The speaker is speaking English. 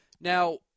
Now